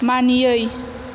मानियै